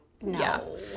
No